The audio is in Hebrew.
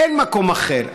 אין מקום אחר.